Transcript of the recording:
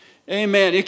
Amen